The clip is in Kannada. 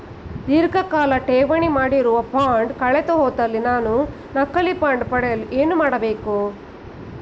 ಧೀರ್ಘಕಾಲ ಠೇವಣಿ ಮಾಡಿರುವ ಬಾಂಡ್ ಕಳೆದುಹೋದಲ್ಲಿ ನಾನು ನಕಲಿ ಬಾಂಡ್ ಪಡೆಯಲು ಏನು ಮಾಡಬೇಕು?